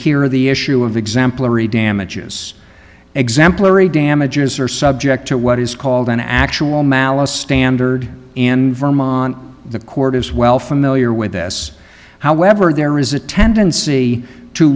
hear the issue of exemplary damages exemplary damages are subject to what is called an actual malice standard in vermont the court is well familiar with this however there is a tendency to